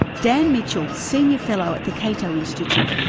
dan mitchell, senior fellow at the cato institute,